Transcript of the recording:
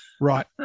right